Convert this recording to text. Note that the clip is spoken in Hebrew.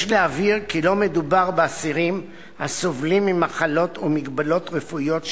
יש להבהיר כי לא מדובר באסירים הסובלים ממחלות ומגבלות רפואיות שונות,